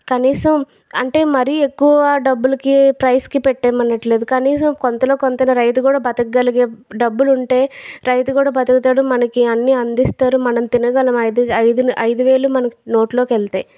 కనీసం అంటే మరి ఎక్కువ డబ్బులకి ప్రైజ్కి పెట్టేయమనట్లేదు కనీసం కొంతలో కొంత అయినా రైతు కూడా బతకగలిగే డబ్బులుంటే రైతు కూడా బతుకుతాడు మనకి అన్నీ అందిస్తారు మనం తినగలం ఐదు ఐదు ఐదు వేళ్ళు మన నోట్లోకి వెళ్తాయి